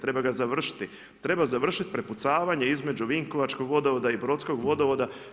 Treba ga završiti, treba završiti prepucavanje između Vinkovačkog vodovoda i Brodskog vodovoda.